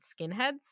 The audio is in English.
skinheads